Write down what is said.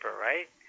right